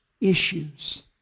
issues